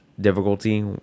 difficulty